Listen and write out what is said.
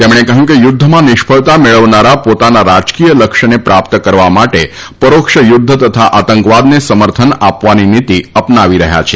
તેમણે કહ્યું કે યુદ્ધમાં નિષ્ફળતા મેળવનારા પોતાના રાજકીય લક્ષ્યને પ્રાપ્ત કરવા માટે પરોક્ષ યુદ્ધ તથા આતંકવાદને સમર્થન આપવાની નીતિ અપનાવી રહ્યા છે